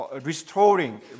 restoring